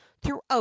throughout